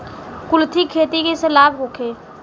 कुलथी के खेती से लाभ होखे?